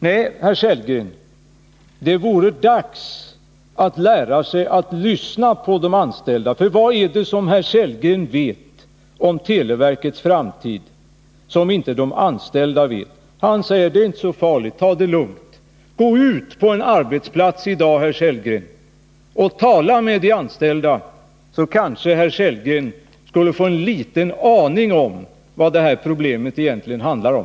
Nej, herr Sellgren, det är dags att lära sig att lyssna på de anställda! Vad är det som herr Sellgren vet om televerkets framtid men som inte de anställda vet? Han säger: Det är inte så farligt. Ta det lugnt! Men gå då ut på en arbetsplats i dag, Rolf Sellgren, och tala med de anställda, så kanske herr Sellgren får en liten aning om vad problemet egentligen handlar om!